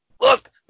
Look